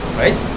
right